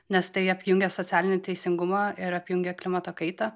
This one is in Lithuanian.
nes tai apjungia socialinį teisingumą ir apjungia klimato kaitą